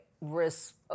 risk